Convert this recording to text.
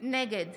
נגד